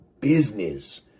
business